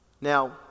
Now